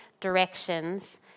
directions